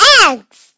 eggs